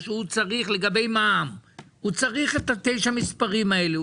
לגבי מע"מ הוא צריך את תשעת המספרים האלה,